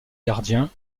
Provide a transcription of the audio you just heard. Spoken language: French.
gardiens